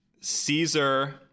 Caesar